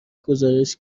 گزارش